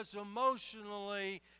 emotionally